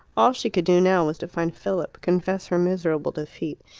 all she could do now was to find philip, confess her miserable defeat,